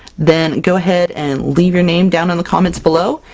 then go ahead and leave your name down in the comments below,